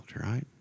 right